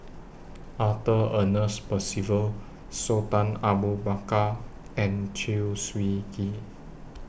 Arthur Ernest Percival Sultan Abu Bakar and Chew Swee Kee